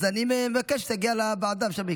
אז אני מבקש שתגיע לוועדה, ושם,